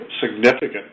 significant